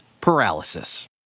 paralysis